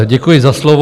Děkuji za slovo.